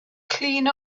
clean